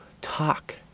talk